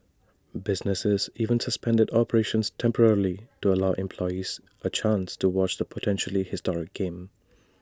businesses even suspended operations temporarily to allow employees A chance to watch the potentially historic game